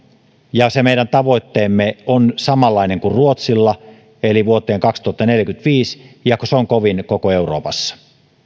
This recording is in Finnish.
ja se meidän tavoitteemme on samanlainen kuin ruotsilla eli vuoteen kaksituhattaneljäkymmentäviisi ja se on kovin koko euroopassa